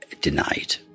denied